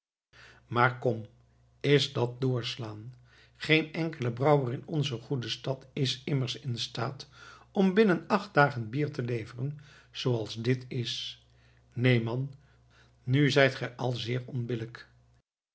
maar kom is dat doorslaan geen enkele brouwer in onze goede stad is immers instaat om binnen acht dagen bier te leveren zooals dit is neen man nu zijt gij al zeer